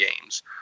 games